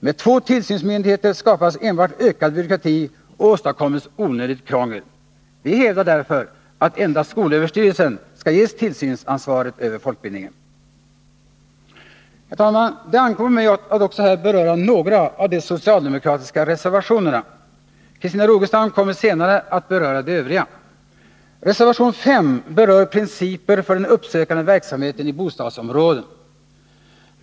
Med två tillsynsmyndigheter skapas enbart ökad byråkrati och åstadkommes onödigt krångel. Vi hävdar därför att endast skolöverstyrelsen skall ges tillsynsansvaret över folkbildningen. Herr talman! Det ankommer på mig att också här beröra några av de socialdemokratiska reservationerna. Christina Rogestam kommer senare att beröra de övriga. Reservation 5 berör principer för den uppsökande verksamheten i bostadsområden.